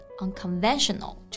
unconventional